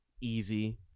easy